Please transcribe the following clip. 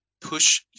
push